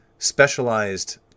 specialized